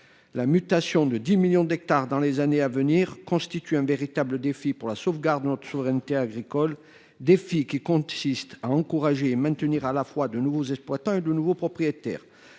La mutation de dix millions d’hectares dans les années à venir constitue un véritable défi pour la sauvegarde de notre souveraineté agricole, un défi qui consiste à encourager et maintenir à la fois de nouveaux exploitants et de nouveaux propriétaires.